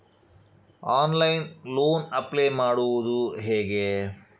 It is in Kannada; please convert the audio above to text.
ಆನ್ಲೈನ್ ಲೋನ್ ಅಪ್ಲೈ ಮಾಡುವುದು ಹೇಗೆ?